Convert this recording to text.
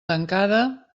tancada